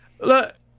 look